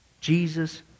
Jesus